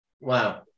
Wow